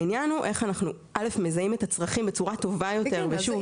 העניין הוא איך אנחנו קודם כל מזהים את הצרכים בצורה טובה יותר ושוב.